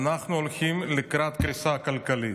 אנחנו הולכים לקראת קריסה כלכלית.